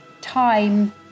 time